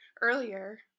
earlier